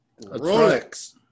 Rolex